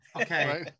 okay